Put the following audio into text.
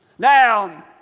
Now